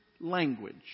language